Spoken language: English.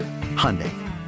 Hyundai